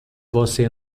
você